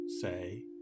say